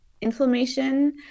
inflammation